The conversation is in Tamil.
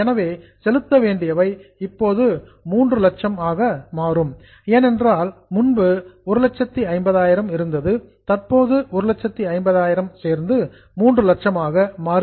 எனவே செலுத்த வேண்டியவை இப்போது 300000 ஆக மாறும் ஏனென்றால் முன்பு 150 இருந்தது தற்போது 150 சேர்ந்து 300000 ஆக மாறுகிறது